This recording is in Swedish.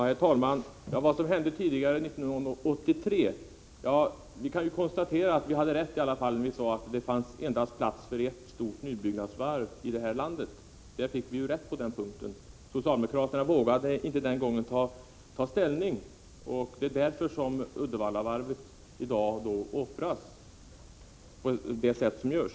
Herr talman! När det gäller vad som hände före 1983 kan vi ju konstatera att vi i alla fall hade rätt när vi sade att det endast fanns plats för ett stort nybyggnadsvarv i det här landet. Socialdemokraterna vågade inte den gången ta ställning, och det är därför som Uddevallavarvet i dag offras på det sätt som sker.